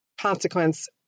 consequence